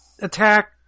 attack